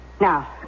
Now